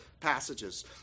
passages